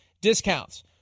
discounts